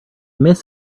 miss